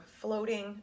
floating